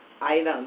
items